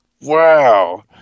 Wow